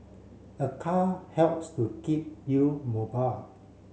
a car helps to keep you mobile